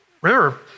Remember